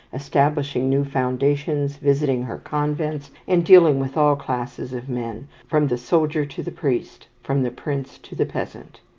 establishing new foundations, visiting her convents, and dealing with all classes of men, from the soldier to the priest, from the prince to the peasant.